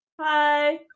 hi